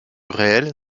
réel